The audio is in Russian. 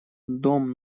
дом